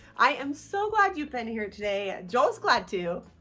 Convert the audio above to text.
i am so glad you've been here today joel's glad too.